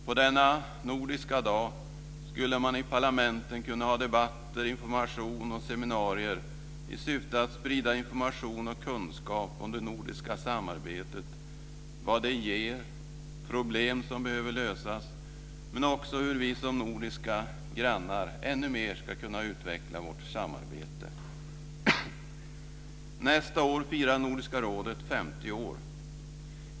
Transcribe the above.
På denna nordiska dag skulle man i parlamenten kunna ha debatter, information och seminarier i syfte att sprida information och kunskap om det nordiska samarbetet och om vad det ger, om problem som behöver lösas men också om hur vi som nordiska grannar ännu mer ska kunna utveckla vårt samarbete. Nästa år firar Nordiska rådet 50 år.